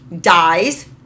dies